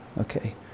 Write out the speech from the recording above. Okay